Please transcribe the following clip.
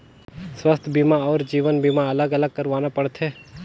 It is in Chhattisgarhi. स्वास्थ बीमा अउ जीवन बीमा अलग अलग करवाना पड़थे?